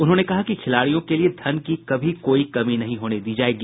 उन्होंने कहा कि खिलाड़ियों के लिए धन की कभी भी कोई कमी नहीं होने दी जाएगी